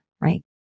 right